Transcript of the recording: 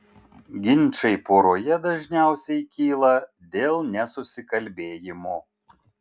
ginčai poroje dažniausiai kyla dėl nesusikalbėjimo